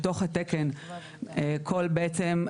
בתוך התקן כל בעצם,